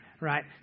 right